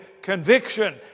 conviction